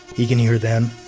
he can hear them,